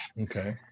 Okay